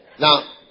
Now